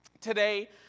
today